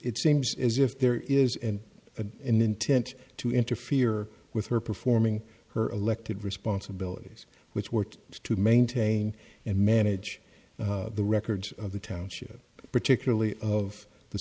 it seems as if there is an a an intent to interfere with her performing her elected responsibilities which work to maintain and manage the records of the township particularly of the